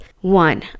one